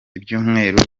ibyumweru